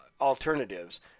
alternatives